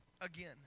again